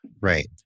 Right